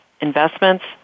investments